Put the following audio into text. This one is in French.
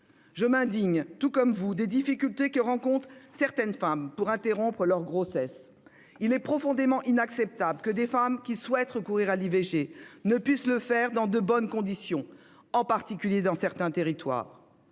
Je m'indigne, tout comme vous, des difficultés que rencontrent certaines femmes pour interrompre leur grossesse. Il est profondément inacceptable que des femmes qui souhaitent recourir à l'IVG ne puissent le faire dans de bonnes conditions, en particulier dans certains territoires.